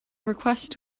request